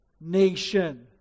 nation